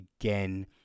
again